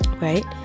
right